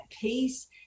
peace